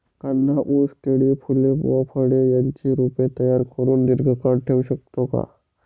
कांदा, ऊस, केळी, फूले व फळे यांची रोपे तयार करुन दिर्घकाळ ठेवू शकतो का?